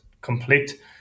complete